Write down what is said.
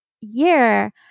year